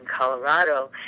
Colorado